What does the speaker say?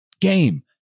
game